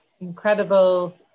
incredible